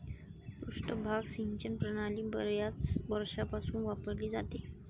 पृष्ठभाग सिंचन प्रणाली बर्याच वर्षांपासून वापरली जाते